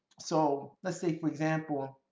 so let's say for example,